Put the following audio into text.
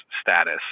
status